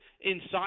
inside